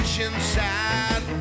Inside